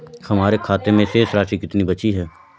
हमारे खाते में शेष राशि कितनी बची है?